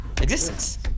Existence